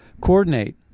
coordinate